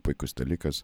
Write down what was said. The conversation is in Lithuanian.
puikus dalykas